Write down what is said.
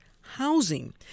housing